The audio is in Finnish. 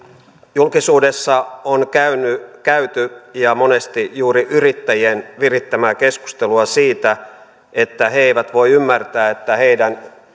julkisuudessa on käyty monesti juuri yrittä jien virittämää keskustelua siitä että he eivät voi ymmärtää että heidän